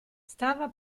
stava